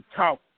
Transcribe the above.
talk